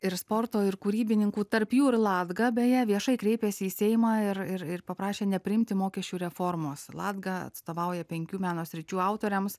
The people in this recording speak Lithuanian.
ir sporto ir kūrybininkų tarp jų ir latga beje viešai kreipėsi į seimą ir ir paprašė nepriimti mokesčių reformos latga atstovauja penkių meno sričių autoriams